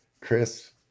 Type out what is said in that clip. Chris